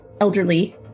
elderly